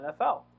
NFL